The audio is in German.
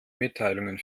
mitteilungen